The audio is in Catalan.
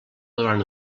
durant